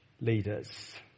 leaders